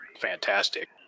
fantastic